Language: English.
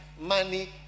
money